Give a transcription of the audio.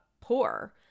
poor